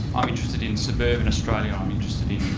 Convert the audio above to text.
i'm interested in suburban australia. i'm interested in